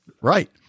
Right